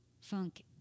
funk